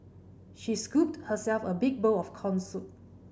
she scooped herself a big bowl of corn soup